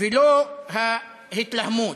ולא ההתלהמות.